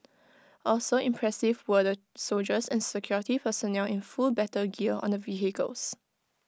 also impressive were the soldiers and security personnel in full battle gear on the vehicles